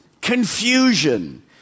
confusion